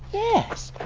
yes!